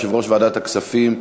נשיא